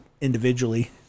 individually